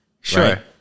Sure